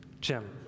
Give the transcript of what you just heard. Jim